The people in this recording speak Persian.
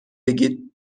بگید